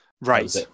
right